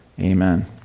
Amen